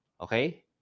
okay